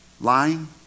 Lying